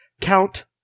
Count